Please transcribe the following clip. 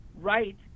right